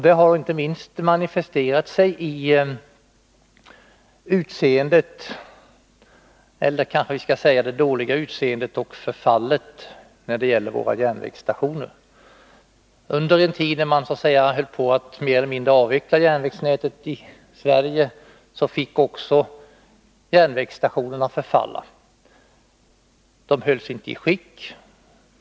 Det har inte minst manifesterat sig i utseendet — eller kanske vi skall säga det dåliga utseendet och förfallet — hos våra järnvägsstationer. Under en tid när man höll på att mer eller mindre avveckla järnvägsnätet i Sverige fick också järnvägsstationerna förfalla. De hölls inte i skick.